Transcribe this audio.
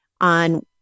on